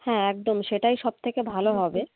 হ্যাঁ একদম সেটাই সব থেকে ভালো হবে